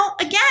again